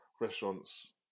Restaurants